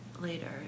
later